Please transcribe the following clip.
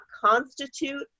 constitute